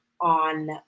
on